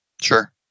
Sure